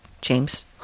James